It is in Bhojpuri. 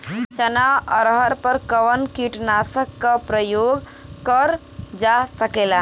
चना अरहर पर कवन कीटनाशक क प्रयोग कर जा सकेला?